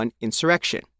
insurrection